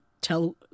tell